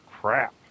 crap